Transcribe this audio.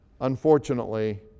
unfortunately